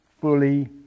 fully